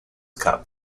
cup